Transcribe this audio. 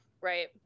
Right